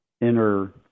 inner